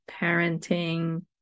parenting